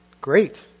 great